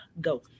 Go